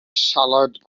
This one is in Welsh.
salad